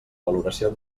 valoració